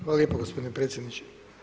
Hvala lijepo gospodine predsjedniče.